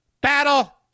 battle